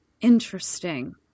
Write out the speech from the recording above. Interesting